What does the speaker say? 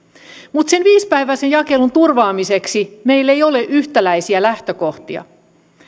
mutta sen viisipäiväisen jakelun turvaamiseksi meillä ei ole yhtäläisiä lähtökohtia